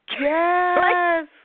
Yes